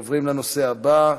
עוברים לנושא הבא,